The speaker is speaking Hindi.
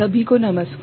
सभी को नमस्कार